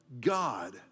God